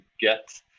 get